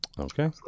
Okay